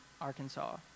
Arkansas